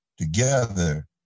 together